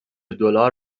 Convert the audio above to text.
دلار